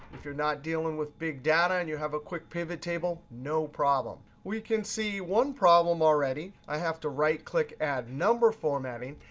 if you're not dealing with big data and you have a quick pivot table, no problem. we can see one problem already. i have to right click, add number formatting.